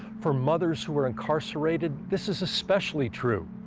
for mothers who are incarcerated, this is especially true.